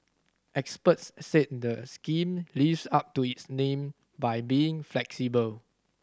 experts said the scheme lives up to its name by being flexible